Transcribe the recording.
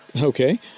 okay